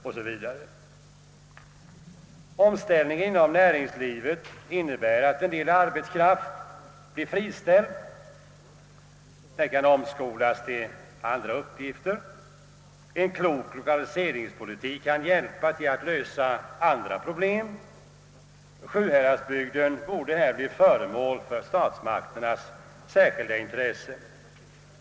Omställningarna inom «näringslivet innebär att en hel del arbetskraft blir friställd. Den kan omskolas till andra uppgifter. En klok lokaliseringspolitik kan hjälpa till att lösa andra problem. Sjuhäradsbygden borde här bli föremål för statsmakternas särskilda intresse.